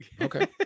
Okay